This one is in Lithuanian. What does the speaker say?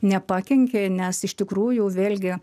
nepakenkė nes iš tikrųjų vėlgi